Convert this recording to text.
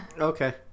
okay